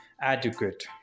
adequate